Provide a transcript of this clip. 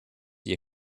die